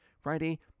Friday